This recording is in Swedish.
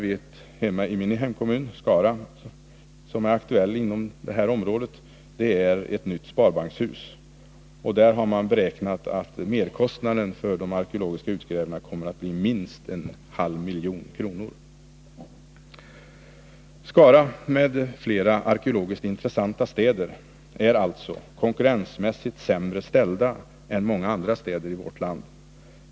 Den enda byggnation som är aktuell inom detta område i Skara är ett nytt sparbankshus, och där har man beräknat att merkostnaden för de arkeologiska utgrävningarna kommer att bli minst 500 000 kr. Skara m.fl. arkeologiskt intressanta städer är alltså konkurrensmässigt sämre ställda än många andra städer.